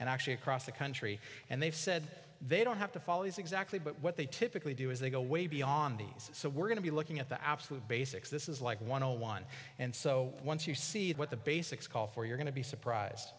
and actually across the country and they've said they don't have to follow these exactly but what they typically do is they go way beyond these so we're going to be looking at the absolute basics this is like one hundred one and so once you see what the basics call for you're going to be surprised